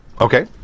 Okay